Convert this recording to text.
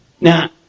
Now